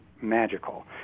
magical